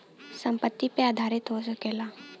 संपत्ति पे आधारित हो सकला